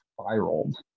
spiraled